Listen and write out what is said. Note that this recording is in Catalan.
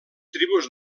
tribus